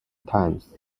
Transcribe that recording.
times